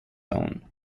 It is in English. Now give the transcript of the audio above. own